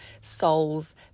soul's